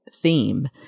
theme